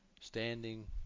standing